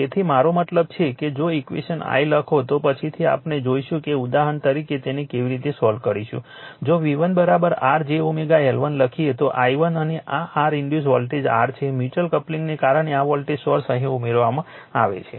તેથી મારો મતલબ છે કે જો ઈક્વેશનો l લખો તો પછીથી આપણે જોઈશું કે ઉદાહરણ તરીકે તેને કેવી રીતે સોલ્વ કરીશું જો v1 r j L1 લખીએ તો i1 અને આ r ઇન્ડ્યુસ વોલ્ટેજ r છે મ્યુચ્યુઅલ કપલિંગને કારણે આ વોલ્ટેજ સોર્સ અહીં ઉમેરવામાં આવે છે